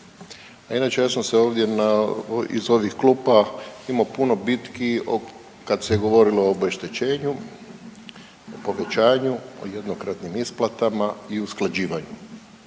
A inače ja sam se ovdje na, iz ovih klupa imao puno bitki o, kad se govorilo o obeštećenju, obećanju, o jednokratnim isplatama i usklađivanju.